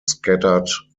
scattered